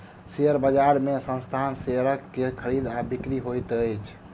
share बजार में संस्थानक शेयर के खरीद आ बिक्री होइत अछि